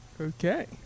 Okay